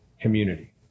community